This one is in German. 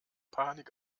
panik